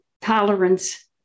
tolerance